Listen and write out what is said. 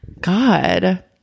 God